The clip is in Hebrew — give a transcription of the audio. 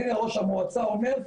הנה ראש המועצה אומר,